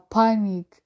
panic